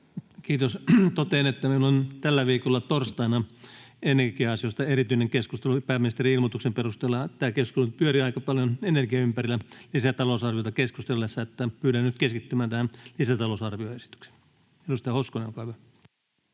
Kiitos. — Totean, että meillä on tällä viikolla torstaina energia-asioista erityinen keskustelu pääministerin ilmoituksen perusteella. Tämä keskustelu nyt pyörii aika paljon energian ympärillä lisätalousarviosta keskusteltaessa, että pyydän nyt keskittymään tähän lisätalousarvioesitykseen. — Edustaja Hoskonen, olkaa hyvä.